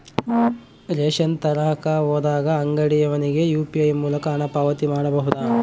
Ration ತರಕ ಹೋದಾಗ ಅಂಗಡಿಯವನಿಗೆ ಯು.ಪಿ.ಐ ಮೂಲಕ ಹಣ ಪಾವತಿ ಮಾಡಬಹುದಾ?